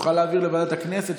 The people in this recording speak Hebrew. נוכל להעביר לוועדת הכנסת,